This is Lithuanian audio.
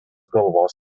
galvos